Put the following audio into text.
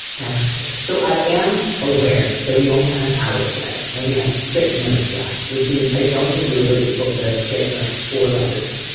yeah so i am that we only have an hour today and we have six minutes left which means i don't think we will be able to get to the next four letters